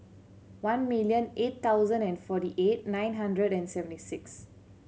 one million eight hundred and forty eight nine hundred and seventy six